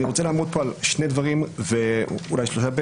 אני רוצה לעמוד פה על שני דברים, אולי שלושה.